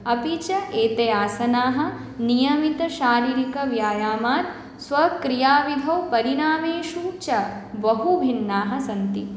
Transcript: अपि च एते आसनाः नियमितशारीरिकव्यायामात् स्वक्रियाविधौ परिणामेषु च बहु भिन्नाः सन्ति